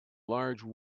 large